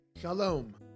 Shalom